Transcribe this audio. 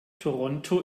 toronto